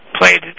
played